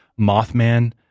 Mothman